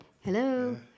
Hello